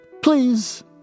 please